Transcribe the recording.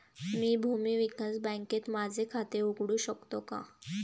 मी भूमी विकास बँकेत माझे खाते उघडू शकतो का?